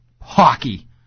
Hockey